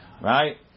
right